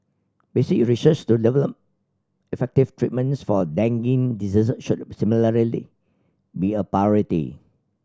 basic research to develop effective treatments for dengue disease should similarly be a priority